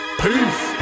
peace